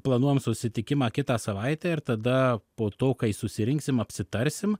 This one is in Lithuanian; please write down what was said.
planuojam susitikimą kitą savaitę ir tada po to kai susirinksim apsitarsim